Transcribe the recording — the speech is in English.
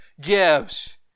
gives